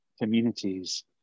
communities